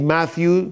Matthew